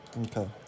Okay